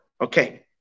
okay